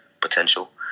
potential